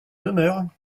demeure